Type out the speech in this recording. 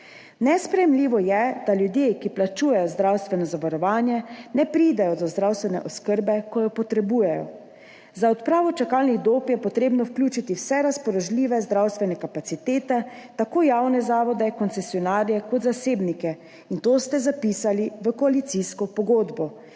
Nesprejemljivo je, da ljudje, ki plačujejo zdravstveno zavarovanje, ne pridejo do zdravstvene oskrbe, ko jo potrebujejo. Za odpravo čakalnih dob je treba vključiti vse razpoložljive zdravstvene kapacitete, tako javne zavode, koncesionarje kot zasebnike, in to ste zapisali v koalicijsko pogodbo,